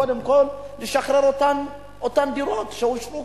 קודם כול לשחרר אותן דירות שכבר אושרו?